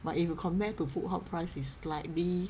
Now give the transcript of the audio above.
but if you compare to foodcourt price it's slightly